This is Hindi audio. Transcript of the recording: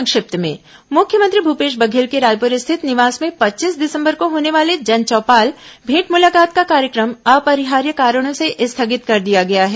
संक्षिप्त समाचार मुख्यमंत्री भूपेश बघेल के रायपुर स्थित निवास में पच्चीस दिसंबर को होने वाले जनचौपाल भेंट मुलाकात का कार्यक्रम अपरिहार्य कारणों से स्थगित कर दिया गया है